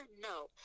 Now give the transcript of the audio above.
No